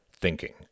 thinking